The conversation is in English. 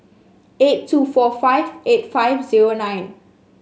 eight two four five eight five zero nine